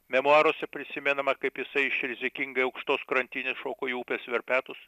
memuaruose prisimenama kaip jisai iš rizikingai aukštos krantinės šoko į upės verpetus